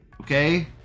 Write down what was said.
Okay